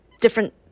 different